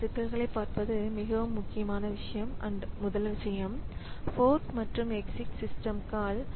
இந்த சிக்கல்களைப் பார்ப்பது முதல் விஷயம் ஃபோர்க் மற்றும் எக்ஸிக் சிஸ்டம் கால்